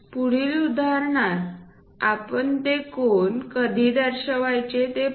पुढील उदाहरणात आपण ते कोन कधी दर्शवायचे ते पाहू